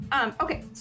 Okay